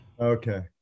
Okay